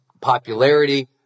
popularity